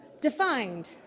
defined